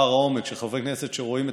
פער העומק בין חברי כנסת שרואים את